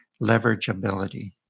Leverageability